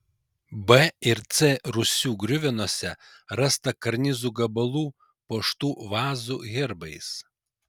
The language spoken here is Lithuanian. b ir c rūsių griuvenose rasta karnizų gabalų puoštų vazų herbais